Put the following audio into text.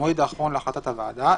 המועד האחרון להחלטת הוועדה)",